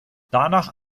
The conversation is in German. danach